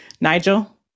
Nigel